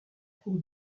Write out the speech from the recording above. cour